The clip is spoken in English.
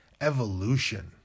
Evolution